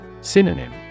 Synonym